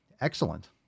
Excellent